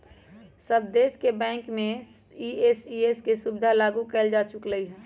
सब देश के बैंक में ई.सी.एस के सुविधा लागू कएल जा चुकलई ह